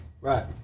Right